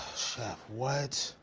chef, what?